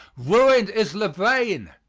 ruined is louvain.